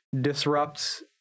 disrupts